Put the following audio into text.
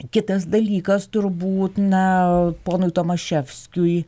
kitas dalykas turbūt na ponui tomaševskiui